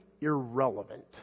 irrelevant